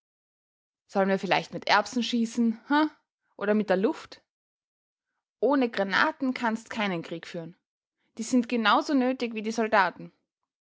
sollen wir vielleicht mit erbsen schießen he oder mit der luft ohne granaten kannst keinen krieg führen die sind genau so nötig wie die soldaten